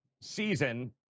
season